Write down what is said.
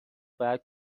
باید